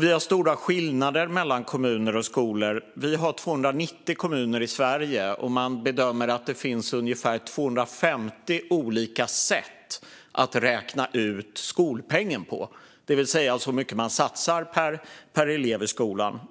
Vi har stora skillnader mellan kommuner och skolor. Vi har 290 kommuner i Sverige, och man bedömer att det finns ungefär 250 olika sätt att räkna ut skolpengen på, det vill säga hur mycket man satsar per elev i skolan.